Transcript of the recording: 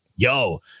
yo